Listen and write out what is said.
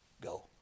go